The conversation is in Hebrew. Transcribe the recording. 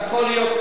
יכול להיות.